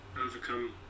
overcome